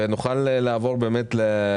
ונוכל לעבור באמת להצבעה על החוק.